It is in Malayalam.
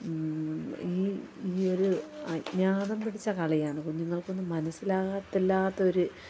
ഈ ഈ ഒരു അജ്ഞാതം പിടിച്ച കളിയാണ് കുഞ്ഞുങ്ങൾക്കൊന്നും മനസ്സിലാകത്തില്ലാത്ത ഒരു